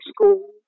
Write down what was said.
school